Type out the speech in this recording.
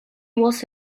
was